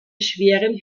schweren